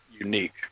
unique